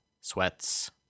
sweats